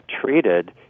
treated